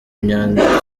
ibyanditswe